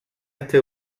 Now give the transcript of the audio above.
este